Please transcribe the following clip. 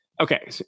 Okay